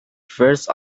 first